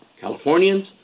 Californians